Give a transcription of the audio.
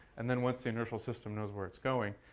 and then once the inertial system knows where it's going,